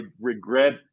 regret